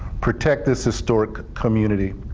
protect this historic community.